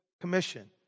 commission